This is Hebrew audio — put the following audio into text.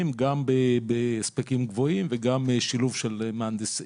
גם בהספקים גבוהים וגם בשילוב של הנדסאים,